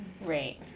right